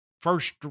first